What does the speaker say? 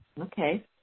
Okay